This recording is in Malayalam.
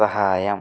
സഹായം